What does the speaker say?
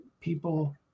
people